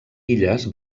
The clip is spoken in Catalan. illes